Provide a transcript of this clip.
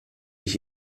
ich